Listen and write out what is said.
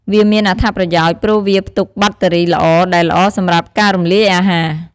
វាមានអត្ថប្រយោជន៍ ព្រោះវាផ្ទុកបាក់តេរីល្អ ដែលល្អសម្រាប់ការរំលាយអាហារ។